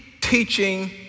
teaching